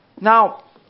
Now